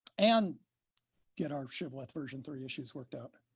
and get our shibboleth version three issues worked out.